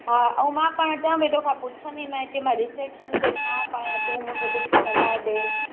हा ऐं मां पाणि चवां पेई तो खां पुछंदीमांए की मां रिसेप्शन ते छा पायां तूं मूंखे कुझु सलाह ॾे